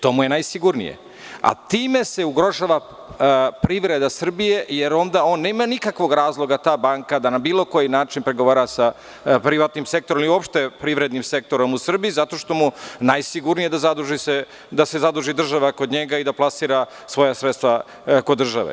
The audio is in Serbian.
To mu je najsigurnije, a time se ugrožava privreda Srbije, jer onda on nema nikakvog razloga da na bilo koji način pregovara sa privatnim sektorom, ili uopšte privrednim sektorom u Srbiji, zato što mu je najsigurnije da se zaduži država kod njega i da plasira svoja sredstva kod države.